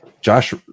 Josh